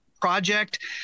project